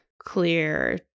Clear